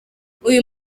uyu